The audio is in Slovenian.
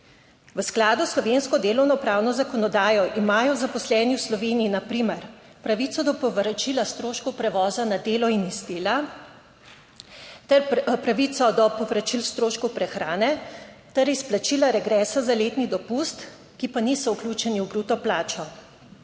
V skladu s slovensko delovnopravno zakonodajo imajo zaposleni v Sloveniji na primer pravico do povračila stroškov prevoza na delo in iz dela ter pravico do povračil stroškov prehrane ter izplačila regresa za letni dopust, ki pa niso vključeni v bruto plačo.